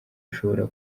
ushobora